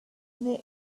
near